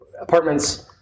apartments